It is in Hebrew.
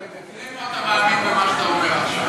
אתה מדקלם, או אתה מאמין במה שאתה אומר עכשיו?